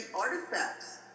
artifacts